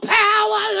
power